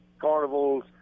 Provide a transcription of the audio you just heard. carnivals